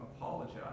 apologize